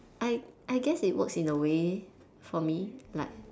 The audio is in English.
I I guess it works in the way for me like